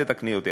תתקני אותי.